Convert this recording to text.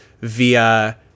via